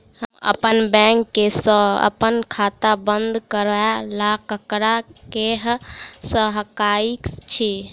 हम अप्पन बैंक सऽ अप्पन खाता बंद करै ला ककरा केह सकाई छी?